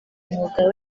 umwuga